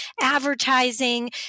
advertising